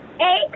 Eight